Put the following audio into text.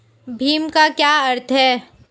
भीम का क्या अर्थ है?